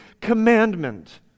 commandment